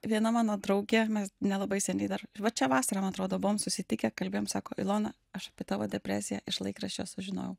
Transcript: viena mano draugė mes nelabai seniai dar vat šią vasarą man atrodo buvom susitikę kalbėjom sako ilona aš apie tavo depresiją iš laikraščio sužinojau